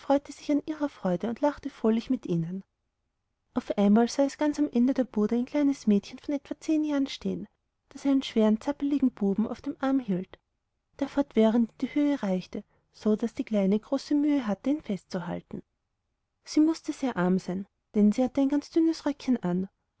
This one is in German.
freute sich an ihrer freude und lachte fröhlich mit ihnen auf einmal sah es ganz am ende der bude ein kleines mädchen von etwa zehn jahren stehen das einen schweren zappelnden buben auf dem arm hielt der fortwährend in die höhe reichte so daß die kleine große mühe hatte ihn festzuhalten sie mußte sehr arm sein denn sie hatte ein ganz dünnes röckchen an